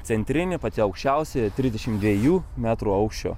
centrinė pati aukščiausioji trisdešim dviejų metrų aukščio